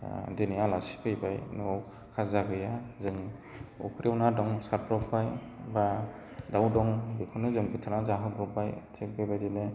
दिनै आलासि फैबाय न'आव खाजा गैया जों फख्रियाव ना दं सारब्रबबाय बा दाउ दं बेखौनो जों बुथारनानै जाहोब्रबबाय थिग बेबायदिनो